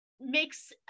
makes